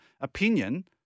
opinion